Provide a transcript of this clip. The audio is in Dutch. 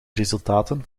resultaten